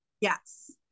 Yes